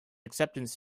acceptance